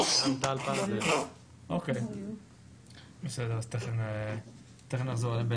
גם טל פז לא נמצא אז תכף נחזור אליהם.